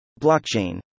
Blockchain